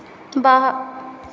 वाह